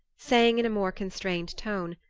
saying in a more constrained tone,